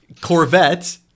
Corvette